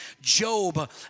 Job